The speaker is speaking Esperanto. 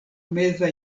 meza